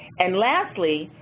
and lastly,